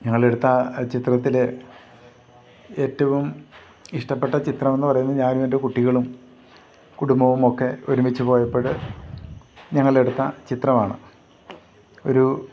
ഞങ്ങളെടുത്ത ആ ചിത്രത്തിൽ ഏറ്റവും ഇഷ്ടപ്പെട്ട ചിത്രമെന്നു പറയുന്നത് ഞാനും എൻ്റെ കുട്ടികളും കുടുംബവുമൊക്കെ ഒരുമിച്ചുപോയപ്പോൾ ഞങ്ങളെടുത്ത ചിത്രമാണ് ഒരു